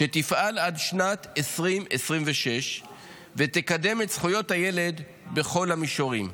שתפעל עד שנת 2026 ותקדם את זכויות הילד בכל המישורים.